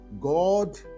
God